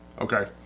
okay